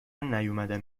نیومدم